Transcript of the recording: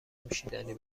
نوشیدنی